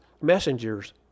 messengers